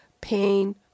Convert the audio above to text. pain